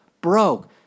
broke